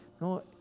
no